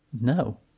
No